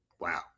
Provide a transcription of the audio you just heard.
Wow